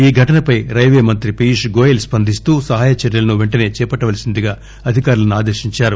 ఈ ఘటనపై రైల్వే మంత్రి పీయూష్ గోయెల్ స్పందిస్తూ సహాయ చర్యలను పెంటసే చేపట్లవలసిందిగా అధికారులను ఆదేశించారు